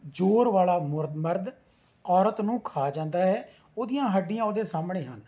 ਜ਼ੋਰ ਵਾਲਾ ਮੁਰ ਮਰਦ ਔਰਤ ਨੂੰ ਖਾ ਜਾਂਦਾ ਹੈ ਉਹਦੀਆਂ ਹੱਡੀਆਂ ਉਹਦੇ ਸਾਹਮਣੇ ਹਨ